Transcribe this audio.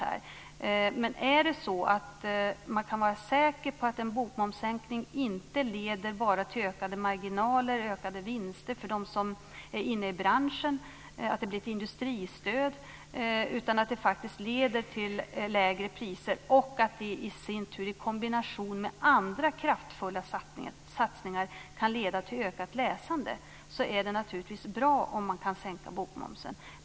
Om man kan vara säker på att en bokmomssänkning inte bara leder till ökade marginaler och ökade vinster för dem som är inne i branschen, att det blir ett industristöd, utan också leder till lägre priser, som i sin tur i kombination med andra kraftfulla satsningar kan leda till ökat läsande, är det naturligtvis bra att sänka bokmomsen.